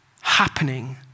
happening